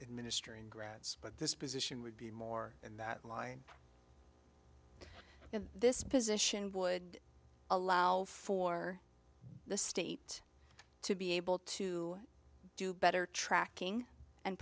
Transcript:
it ministry and grads but this position would be more in that line this position would allow for the state to be able to do better tracking and